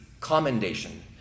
commendation